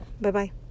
bye-bye